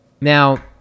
Now